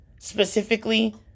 Specifically